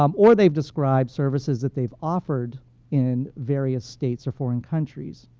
um or they've described services that they've offered in various states or foreign countries.